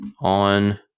on